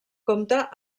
compta